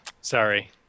Sorry